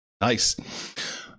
Nice